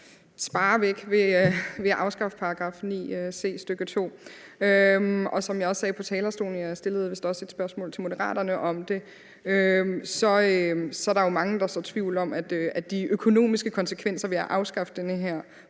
spare væk ved at afskaffe paragraf 9 c, stk. 2. Som jeg også sagde fra talerstolen, og jeg stillede vist også et spørgsmål til Moderaterne om det, er der jo mange, der sår tvivl, i forhold til om de økonomiske konsekvenser ved at afskaffe den her